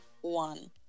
One